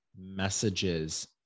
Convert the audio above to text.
messages